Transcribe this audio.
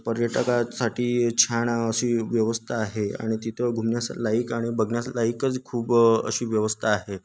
पर्यटकासाठी छान अशी व्यवस्था आहे आणि तिथं घुमन्यासालाईक आणि बघन्यासलाईकच खूप अशी व्यवस्था आहे